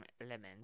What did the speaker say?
elements